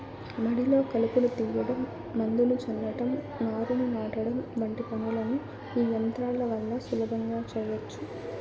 మడిలో కలుపును తీయడం, మందును చల్లటం, నారును నాటడం వంటి పనులను ఈ యంత్రాల వల్ల సులభంగా చేయచ్చు